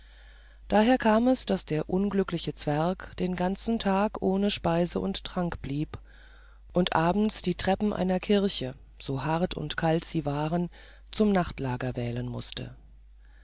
daher kam es daß der unglückliche zwerg den ganzen tag ohne speise und trank blieb und abends die treppen einer kirche so hart und kalt sie waren zum nachtlager wählen mußte